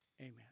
amen